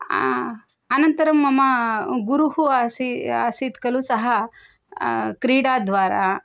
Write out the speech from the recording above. आनन्तरं मम गुरुः आसीत् आसीत् खलु सः क्रीडाद्वारा